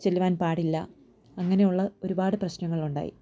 ചെല്ലുവാൻ പാടില്ല അങ്ങനെയുള്ള ഒരുപാട് പ്രശ്നങ്ങളുണ്ടായി